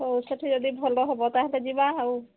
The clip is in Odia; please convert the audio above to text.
ହଉ ସେଇଠି ଯଦି ଭଲ ହେବ ତା'ହେଲେ ଯିବା ଆଉ